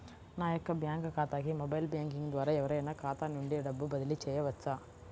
నా యొక్క బ్యాంక్ ఖాతాకి మొబైల్ బ్యాంకింగ్ ద్వారా ఎవరైనా ఖాతా నుండి డబ్బు బదిలీ చేయవచ్చా?